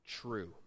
True